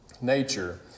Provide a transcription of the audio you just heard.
nature